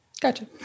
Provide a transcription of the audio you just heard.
Gotcha